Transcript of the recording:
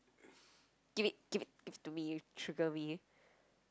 give it give it give it to me you trigger me